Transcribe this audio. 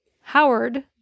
Howard